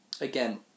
again